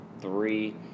three